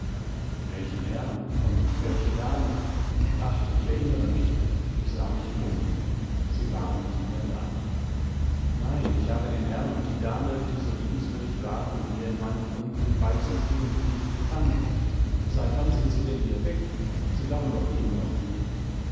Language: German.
welchen herrn und welche dame ach ich erinnere mich ich sah mich um sie waren nicht mehr da nein ich habe den herrn und die dame die so liebenswüdig waren mir in meinem unglück beizustehen nicht gekannt seit wann sind sie denn hier weg sie waren doch eben noch hier